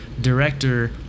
director